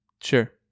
Sure